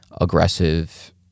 aggressive